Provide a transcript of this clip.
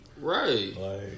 Right